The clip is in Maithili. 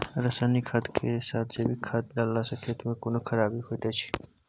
रसायनिक खाद के साथ जैविक खाद डालला सॅ खेत मे कोनो खराबी होयत अछि कीट?